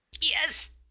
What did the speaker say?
Yes